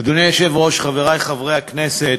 אדוני היושב-ראש, חברי חברי הכנסת,